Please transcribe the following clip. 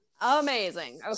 Amazing